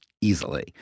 easily